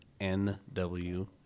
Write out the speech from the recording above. NW